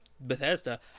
bethesda